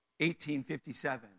1857